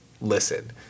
listen